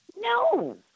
No